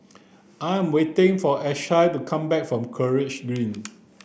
I am waiting for Ashlie to come back from College Green